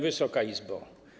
Wysoka Izbo!